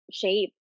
shape